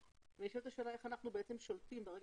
נשאלת השאלה איך אנחנו שולטים - ברגע